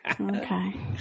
Okay